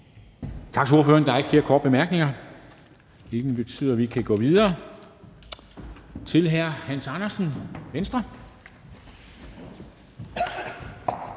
Tak til ordføreren. Der er ikke flere korte bemærkninger, hvilket betyder, at vi kan gå videre til hr. Hans Andersen, Venstre.